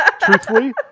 truthfully